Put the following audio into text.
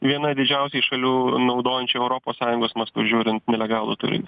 viena didžiausiai šalių naudojančių europos sąjungos mastu žiūrint nelegalų turinį